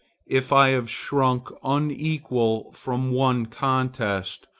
if i have shrunk unequal from one contest,